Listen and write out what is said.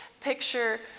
picture